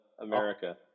America